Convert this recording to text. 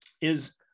is-